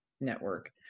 Network